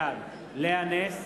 בעד לאה נס,